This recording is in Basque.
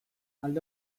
alde